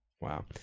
Wow